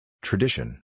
Tradition